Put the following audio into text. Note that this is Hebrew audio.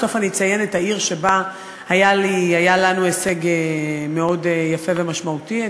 בסוף אני אציין את העיר שבה היה לנו הישג מאוד יפה ומשמעותי.